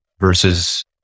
versus